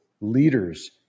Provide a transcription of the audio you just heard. leaders